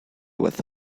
with